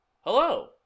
Hello